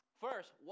first